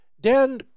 Dan